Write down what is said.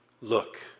Look